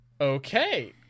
Okay